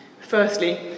Firstly